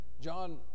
John